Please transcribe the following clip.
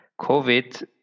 COVID